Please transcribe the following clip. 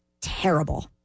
terrible